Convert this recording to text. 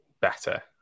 better